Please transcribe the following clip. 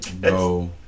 No